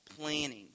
planning